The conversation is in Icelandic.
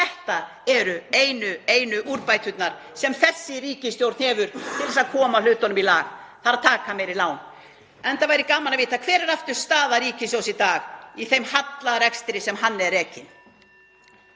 Þetta eru einu úrbæturnar sem þessi ríkisstjórn hefur til að koma hlutunum í lag, það er að taka meiri lán, enda væri gaman að vita: Hver er aftur staða ríkissjóðs í dag í þeim hallarekstri sem hann er rekinn?